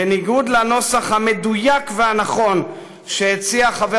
בניגוד לנוסח המדויק והנכון שהציע חבר